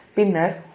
90